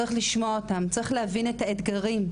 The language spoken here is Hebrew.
צריך לשמוע אותן צריך להבין את האתגרים,